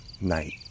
night